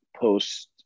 post